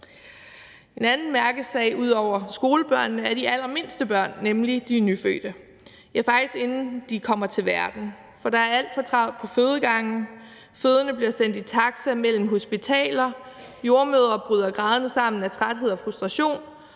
En anden mærkesag ud over skolebørnene er de allermindste børn, nemlig de nyfødte, ja, faktisk inden de kommer til verden. Der er alt for travlt på fødegangene, og fødende bliver sendt i taxa mellem hospitaler, jordemødre bryder grædende sammen af træthed og frustration,